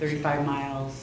thirty five miles